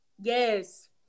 Yes